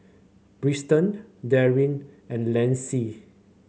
Darrien and Lyndsey